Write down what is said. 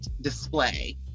display